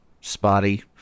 spotty